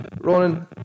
Ronan